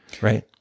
Right